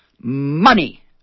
money